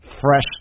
fresh